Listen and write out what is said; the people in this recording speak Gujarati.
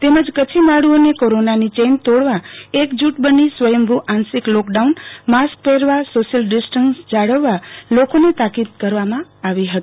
તેમજ કચ્છી માડ્ઓને કોરોનાની ચેઈન તોડવા એક જૂટ બની સ્વયંભૂ આંશિક લોકડાઉન મારક પહેરવા સોશોયલ ડીસ્ટન્સ જાળવવા લોકોને તાકિદ કરવામાં આવી હતી